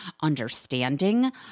understanding